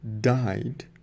died